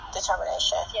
Determination